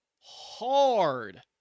hard